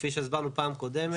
כפי שהסברנו פעם קודמת.